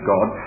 God